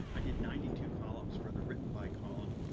i did ninety two columns for the written by column,